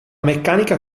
meccanica